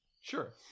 Sure